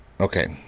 okay